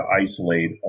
isolate